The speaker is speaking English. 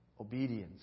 obedience